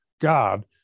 God